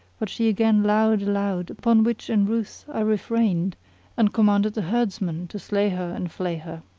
but she again lowed aloud upon which in ruth i refrained and commanded the herdsman to slay her and flay her.